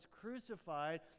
crucified